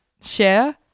share